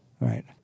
Right